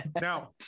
Now